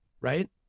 right